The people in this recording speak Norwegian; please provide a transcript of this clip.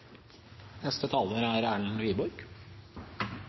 Neste taler er